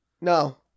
No